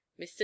mr